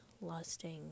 lusting